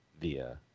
via